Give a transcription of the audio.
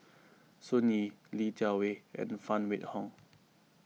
Sun Yee Li Jiawei and Phan Wait Hong